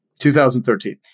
2013